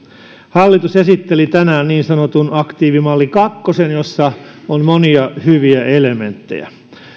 hallitus esitteli tänään niin sanotun aktiivimalli kakkosen jossa on monia hyviä elementtejä